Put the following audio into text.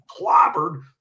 clobbered